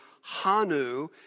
Hanu